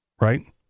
right